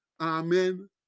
Amen